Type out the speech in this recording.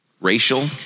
Racial